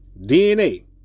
DNA